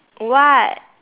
what